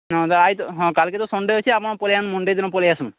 ହଁ ତ ହଁ କାଲ୍କେ ତ ସନ୍ଡେ ଆପଣ୍ ପଲେଇ ଆସନ୍ ମନ୍ଡେ ଦିନ ପଲେଇ ଆସୁନ୍